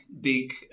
big